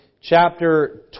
chapter